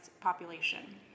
population